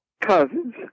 Cousins